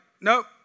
nope